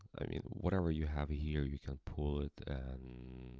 i mean whatever you have here, you can pull it and